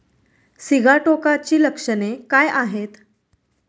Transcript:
सिगाटोकाची लक्षणे काय आहेत?